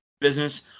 business